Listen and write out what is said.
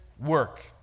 work